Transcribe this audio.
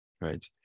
Right